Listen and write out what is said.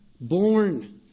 born